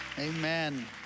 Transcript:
Amen